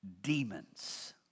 demons